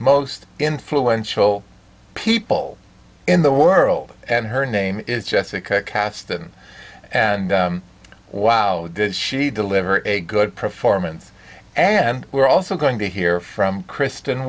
most influential people in the world and her name is jessica katz then and wow did she deliver a good performance and we're also going to hear from kris